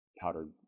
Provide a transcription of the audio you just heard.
powdered